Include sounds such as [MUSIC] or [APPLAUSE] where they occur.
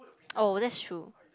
[NOISE] oh that's true